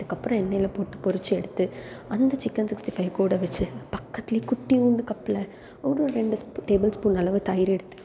அதுக்கப்புறம் எண்ணெய்ல போட்டு பொரித்து எடுத்து அந்த சிக்கன் சிக்ஸ்டி ஃபை கூட வச்சு பக்கத்திலயே குட்டியோண்டு கப்ல ஒரு ரெண்டு ஸ்ப் டேபிள் ஸ்பூன் அளவு தயிர் எடுத்து